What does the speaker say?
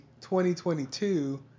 2022